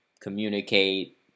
communicate